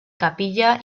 capilla